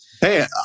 Hey